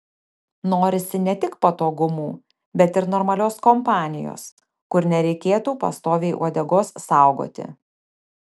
norisi ne tik patogumų bet ir normalios kompanijos kur nereikėtų pastoviai uodegos saugoti